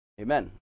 amen